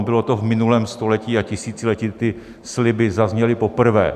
No, bylo to v minulém století a tisíciletí, kdy ty sliby zazněly poprvé.